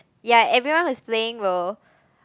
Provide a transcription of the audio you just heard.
ya everyone was playing though